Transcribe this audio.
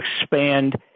expand